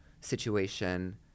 situation